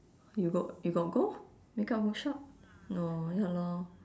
you got you got go makeup workshop no ya lor